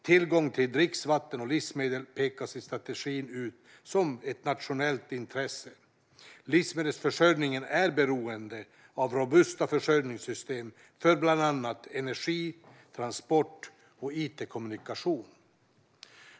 Tillgång till dricksvatten och livsmedel pekas i strategin ut som ett nationellt intresse. Livsmedelsförsörjningen är beroende av robusta försörjningssystem för bland annat energi, transporter och it-kommunikation.